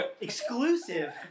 Exclusive